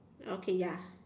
okay ya